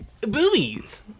Boobies